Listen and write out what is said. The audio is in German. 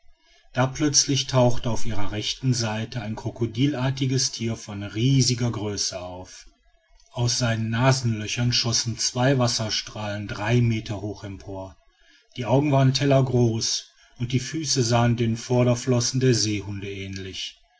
da plötzlich tauchte auf ihrer rechten seite ein krokodilartiges tier von riesiger größe auf aus seinen nasenlöchern schossen zwei wasserstrahlen drei meter hoch empor die augen waren tellergroß und die füße sahen den vorderflossen der seehunde ähnlich